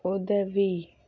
உதவி